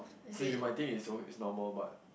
so you might think is okay is normal but